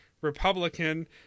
Republican